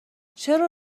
چرا